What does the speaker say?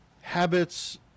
habits